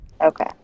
Okay